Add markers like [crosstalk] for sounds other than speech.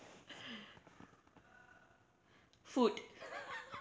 food [laughs]